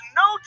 no